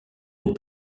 les